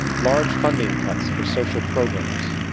large funding cuts for social programs,